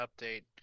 update